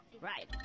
right